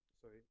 Sorry